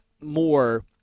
more